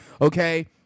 okay